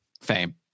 fame